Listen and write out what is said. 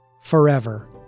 forever